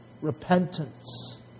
repentance